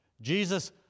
Jesus